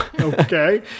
Okay